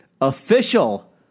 official